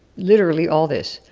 literally all this.